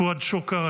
פואד שוכר,